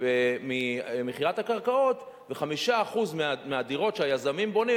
ממכירת הקרקעות ו-5% מהדירות שהיזמים בונים,